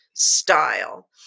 style